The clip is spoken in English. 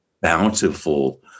bountiful